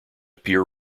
pier